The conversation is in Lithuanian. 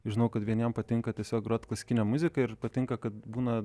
žinau kad vieniem patinka tiesiog grot klasikinę muziką ir patinka kad būna